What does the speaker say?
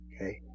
Okay